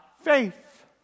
faith